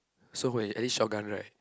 so when you at least shotgun right